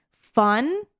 fun